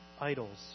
idols